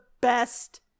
best